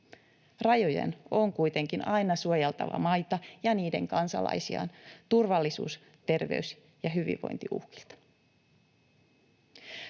Rajojen on kuitenkin aina suojeltava maita ja niiden kansalaisia turvallisuus‑, terveys- ja hyvinvointiuhkilta.